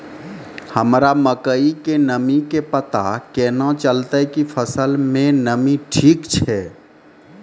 हमरा मकई के नमी के पता केना चलतै कि फसल मे नमी ठीक छै?